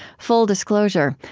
full disclosure,